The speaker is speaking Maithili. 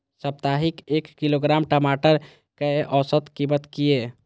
साप्ताहिक एक किलोग्राम टमाटर कै औसत कीमत किए?